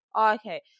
okay